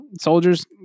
soldiers